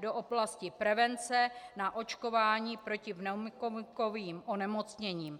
do oblasti prevence na očkování proti pneumokokovým onemocněním.